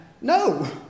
No